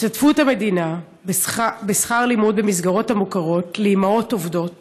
השתתפות המדינה בשכר לימוד במסגרות המוכרות לאימהות עובדות